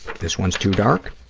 this one's too dark.